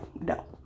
no